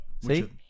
See